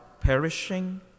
perishing